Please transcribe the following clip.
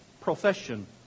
profession